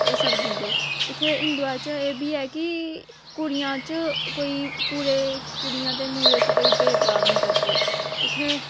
एह् सब दिंदे इ'त्थें हिंदुआ च एह् बी ऐ की कुड़ियां च कोई कूड़े कोई कुड़ियां ते मुड़े च कोई भेदभाव निं करदे इ'त्थें